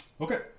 Okay